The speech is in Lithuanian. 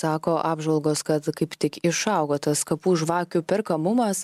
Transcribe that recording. sako apžvalgos kad kaip tik išaugo tas kapų žvakių perkamumas